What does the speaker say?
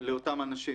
לאותם אנשים,